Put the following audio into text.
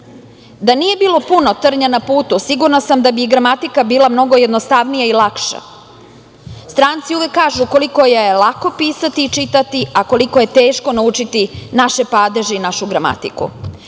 nije bilo puno trnja na putu sigurna sam da bi i gramatika bila mnogo jednostavnija i lakša. Stranci uvek kažu koliko je lako pisati i čitati, a koliko je teško naučiti naše padeže i našu gramatiku.